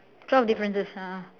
twelve differences ah ah